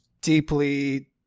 deeply